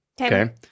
Okay